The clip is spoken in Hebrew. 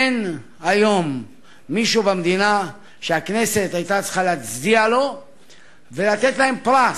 אין היום מישהו במדינה שהכנסת היתה צריכה להצדיע לו ולתת לו פרס,